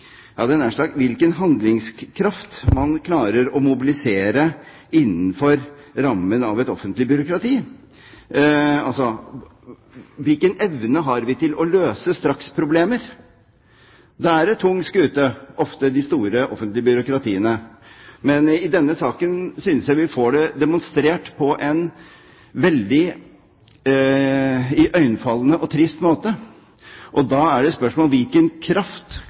hadde jeg nær sagt – handlingskraft man klarer å mobilisere innenfor rammen av et offentlig byråkrati. Altså: Hvilken evne har vi til å løse straksproblemer? De store, offentlige byråkratiene er ofte en tung skute, men i denne saken synes jeg vi får det demonstrert på en veldig iøynefallende og trist måte. Da er spørsmålet hvilken kraft